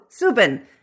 Subin